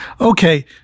Okay